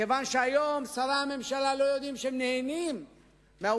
מכיוון שהיום שרי הממשלה לא יודעים שהם נהנים מהעובדה